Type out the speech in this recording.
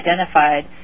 identified